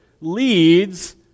leads